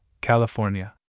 California